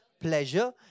pleasure